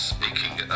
Speaking